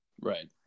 Right